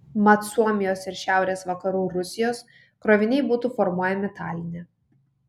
mat suomijos ir šiaurės vakarų rusijos kroviniai būtų formuojami taline